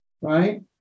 right